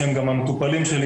שהם גם המטופלים שלי,